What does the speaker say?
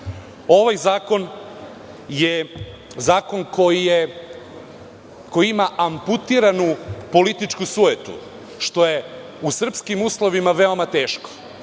nas. Ovaj zakon je zakon koji ima amputiranu političku sujetu, što je u srpskim uslovima veoma teško,